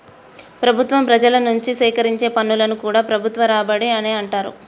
ప్రభుత్వం ప్రజల నుంచి సేకరించే పన్నులను కూడా ప్రభుత్వ రాబడి అనే అంటరు